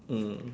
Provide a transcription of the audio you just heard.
mm